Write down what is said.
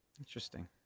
Interesting